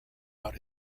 out